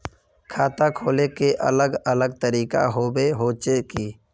खाता खोले के अलग अलग तरीका होबे होचे की?